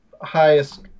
highest